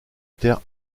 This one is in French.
terre